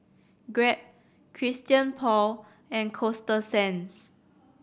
Grab Christian Paul and Coasta Sands